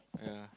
yeah